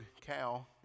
cow